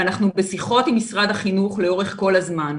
ואנחנו בשיחות עם משרד החינוך לאורך כל הזמן,